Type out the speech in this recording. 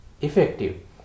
effective